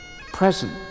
present